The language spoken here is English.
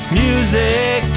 music